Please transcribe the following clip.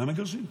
מה מגרשים?